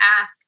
ask